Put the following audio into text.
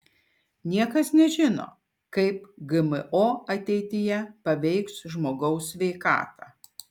niekas nežino kaip gmo ateityje paveiks žmogaus sveikatą